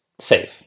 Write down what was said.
safe